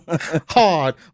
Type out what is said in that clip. Hard